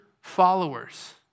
followers